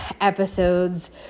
episodes